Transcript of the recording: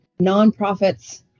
nonprofits